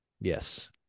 Yes